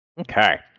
Okay